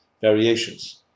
variations